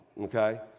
okay